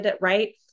Right